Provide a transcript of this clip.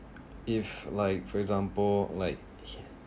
if like for example like